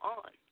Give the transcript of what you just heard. on